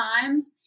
times